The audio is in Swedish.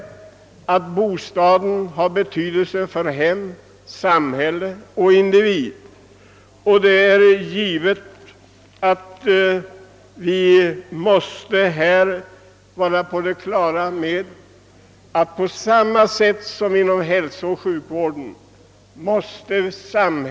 En god bostad är av stor betydelse för hem, samhälle och individ, och därför måste samhället känna samma ansvar för bostäderna som för hälso och sjukvården.